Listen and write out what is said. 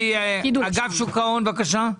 אגף שוק ההון, בבקשה.